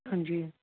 ਹਾਂਜੀ